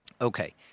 Okay